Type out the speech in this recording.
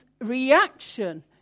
reaction